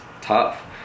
tough